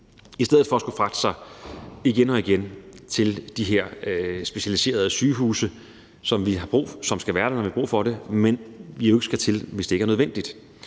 og igen at skulle fragte sig til de her specialiserede sygehuse, som skal være der, når vi har brug for dem, men som vi jo ikke skal tage til, hvis det ikke er nødvendigt.